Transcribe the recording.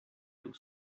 blue